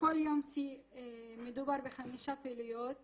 בכל יום שיא מדובר בחמש פעילויות